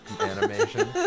animation